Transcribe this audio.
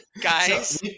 guys